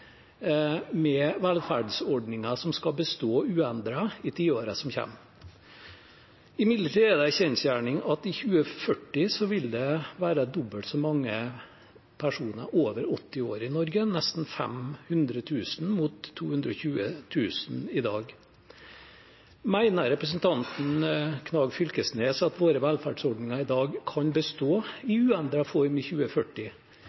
med velferdsordninger som skal bestå uendret i tiårene som kommer. Men det er en kjensgjerning at i 2040 vil det være dobbelt så mange personer over 80 år i Norge, nesten 500 000 mot 220 000 i dag. Mener representanten Knag Fylkesnes at våre velferdsordninger i dag kan bestå i uendret form i 2040?